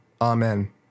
Amen